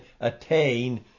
attain